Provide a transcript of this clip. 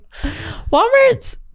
Walmart's